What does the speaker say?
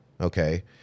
okay